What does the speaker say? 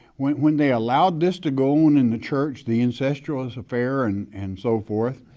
when when they allowed this to go on in the church, the ancestral's affair and and so forth.